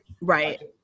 Right